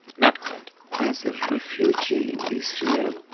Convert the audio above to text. not quite as a refugee in israel,